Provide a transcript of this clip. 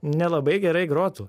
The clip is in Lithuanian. nelabai gerai grotų